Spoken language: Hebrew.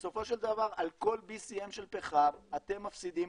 בסופו של דבר על כל BCM של פחם אתם מפסידים,